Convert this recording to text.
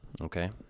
Okay